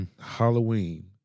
Halloween